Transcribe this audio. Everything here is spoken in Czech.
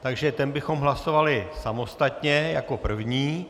Takže ten bychom hlasovali samostatně jako první.